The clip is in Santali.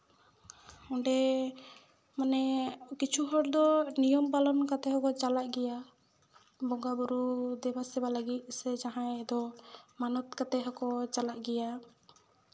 ᱚᱸᱰᱮ ᱢᱟᱱᱮ ᱠᱤᱪᱷᱩ ᱦᱚᱲ ᱫᱚ ᱱᱤᱭᱚᱢ ᱯᱟᱞᱚᱱ ᱠᱟᱛᱮ ᱦᱚᱸᱠᱚ ᱪᱟᱞᱟᱜ ᱜᱮᱭᱟ ᱵᱚᱸᱜᱟᱼᱵᱳᱨᱳ ᱫᱮᱵᱟᱼᱥᱮᱵᱟ ᱞᱟᱹᱜᱤᱫ ᱥᱮ ᱡᱟᱦᱟᱸᱭ ᱫᱚ ᱢᱟᱱᱚᱛ ᱠᱟᱛᱮ ᱦᱚᱸᱠᱚ ᱪᱟᱞᱟᱜ ᱜᱮᱭᱟ